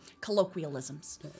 colloquialisms